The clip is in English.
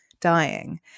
dying